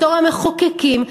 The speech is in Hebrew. בתור המחוקקים,